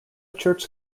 church